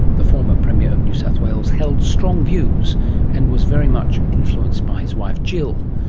the former premier of new south wales held strong views and was very much influenced by his wife jill.